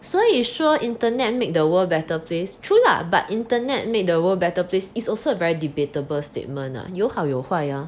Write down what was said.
所以说 internet make the world a better place true lah but internet made the world a better place is also very debatable statement ah 有好有坏 mah